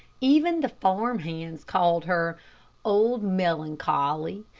even the farm hands called her old melancholy,